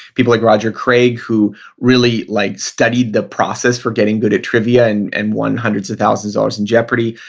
people like roger craig, who really like studied the process for getting good at trivia and and won hundreds of thousands of dollars in jeopardy.